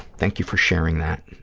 thank you for sharing that.